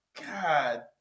God